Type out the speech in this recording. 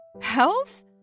Health